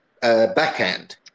Backhand